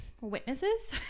witnesses